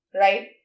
right